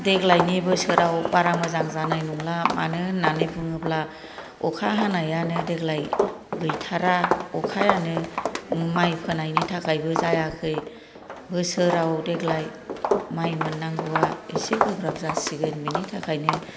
देग्लायनि बोसोराव बारा मोजां जानाय नंला मानो होननानै बुङोब्ला अखा हानायानो देग्लाय गैथारा अखायानो माइ फोनायनि थाखायबो जायाखै बोसोराव देग्लाय माइ मोननांगौवा एसे गोब्राब जासिगोन बेनि थाखायनो